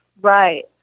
Right